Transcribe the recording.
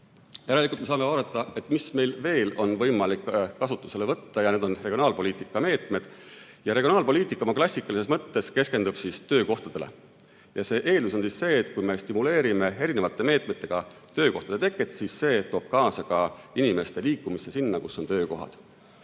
Järelikult me saame vaadata, mis meil veel on võimalik kasutusele võtta. Need on regionaalpoliitika meetmed. Regionaalpoliitika oma klassikalises mõttes keskendub töökohtadele. Ja see eeldus on see, et kui me stimuleerime erinevate meetmetega töökohtade teket, siis see toob kaasa ka inimeste liikumise sinna, kus on töökohad.